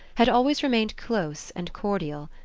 had always remained close and cordial.